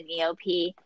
EOP